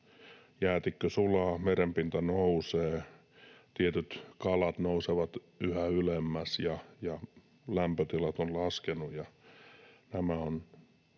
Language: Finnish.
Jäätikkö sulaa, merenpinta nousee, tietyt kalat nousevat yhä ylemmäs, ja lämpötilat ovat laskeneet,